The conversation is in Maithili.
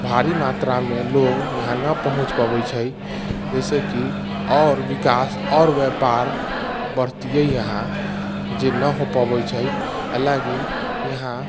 भारी मात्रामे लोग यहाँ ना पहुँच पबैत छै जैसेकि आओर विकास आओर व्यापार बढ़तियै यहाँ जे ना हो पबैत छै एहि लागी यहाँ